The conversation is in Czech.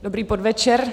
Dobrý podvečer.